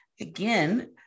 Again